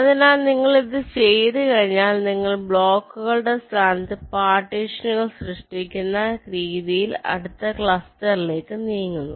അതിനാൽ നിങ്ങൾ ഇത് ചെയ്തുകഴിഞ്ഞാൽ നിങ്ങൾ ബ്ലോക്കുകളുടെ സ്ഥാനത്ത് പാർട്ടീഷനുകൾ സൃഷ്ടിക്കുന്ന രീതിയിൽ അടുത്ത ക്ലസ്റ്ററിലേക്ക് നീങ്ങുന്നു